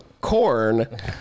corn